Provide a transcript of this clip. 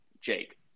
Jake